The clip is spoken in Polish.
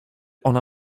ona